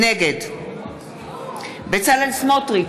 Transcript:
נגד בצלאל סמוטריץ,